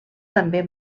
també